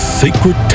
sacred